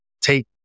take